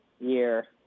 year